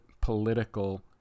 political